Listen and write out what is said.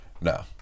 No